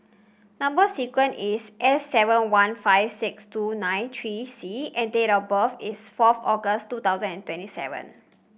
number sequence is S seven one five six two nine three C and date of birth is fourth August two thousand and twenty seven